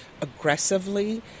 aggressively